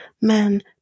men